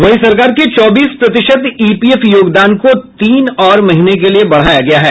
वहीं सरकार के चौबीस प्रतिशत ईपीएफ योगदान को तीन और महीने के लिए बढाया गया है